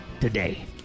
today